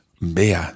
vea